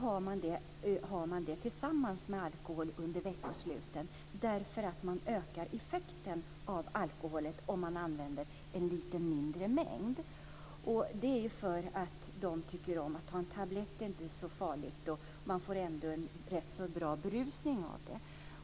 Man tar Rohypnol tillsammans med alkohol under veckosluten därför att man ökar effekten av alkoholen om man använder en mindre mängd. De tycker inte att det är så farligt att ta en tablett. Man får ändå en rätt bra berusning av det.